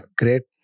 great